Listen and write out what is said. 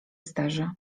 sterze